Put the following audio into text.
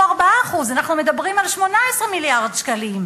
4%. אנחנו מדברים על 18 מיליארד שקלים.